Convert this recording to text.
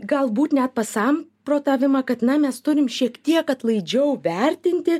galbūt net pasam protavimą kad na mes turim šiek tiek atlaidžiau vertinti